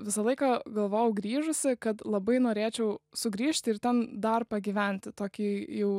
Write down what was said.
visą laiką galvojau grįžusi kad labai norėčiau sugrįžti ir ten dar pagyventi tokį jau